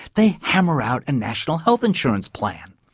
they hammer out a national health insurance plan.